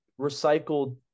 recycled